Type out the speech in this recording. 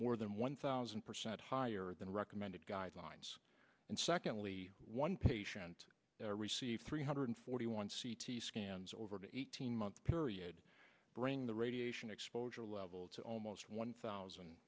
more than one thousand percent higher than recommended guidelines and secondly one patient received three hundred forty one c t scans over the eighteen month period bring the radiation exposure level to almost one thousand